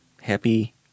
Happy